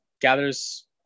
gathers